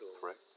Correct